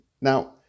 Now